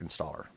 installer